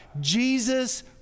Jesus